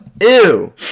Ew